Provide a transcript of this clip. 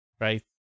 Right